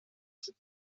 sind